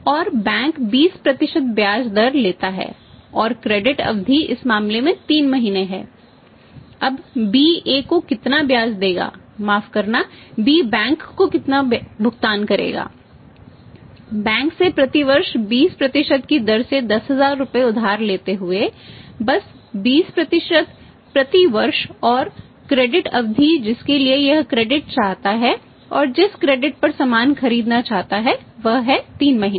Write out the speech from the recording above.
और बैंक 20 ब्याज दर लेता है और क्रेडिट पर सामान खरीदना चाहता है वह है 3 महीने